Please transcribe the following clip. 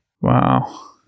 wow